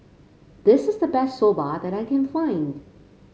this is the best Soba that I can find